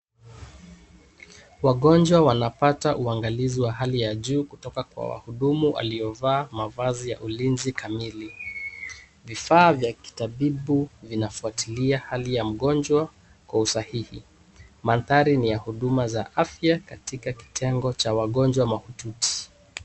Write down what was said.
Wagonjwa wanapata uangalizi wa hali ya juu kutoka kwa wahudumu waliovaa mavazi ya ulinzi kamili. Vifaa vya kitabibu vinafuatilia hali ya mgonjwa kwa usahihi. Maanthari ni ya huduma za afya katika kitengo cha wagonjwa mahututi.